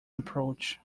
approach